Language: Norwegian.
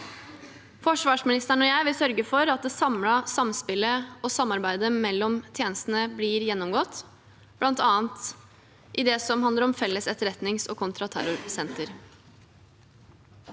Forsvarsministeren og jeg vil sørge for at det samlede samspillet og samarbeidet mellom tjenestene blir gjennomgått, bl.a. i det som handler om Felles etterretningsog kontraterrorsenter.